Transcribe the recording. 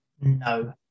no